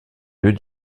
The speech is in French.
deux